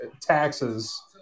taxes